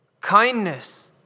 kindness